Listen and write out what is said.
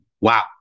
Wow